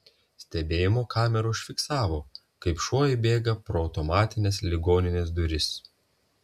stebėjimo kamera užfiksavo kaip šuo įbėga pro automatines ligoninės duris